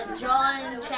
John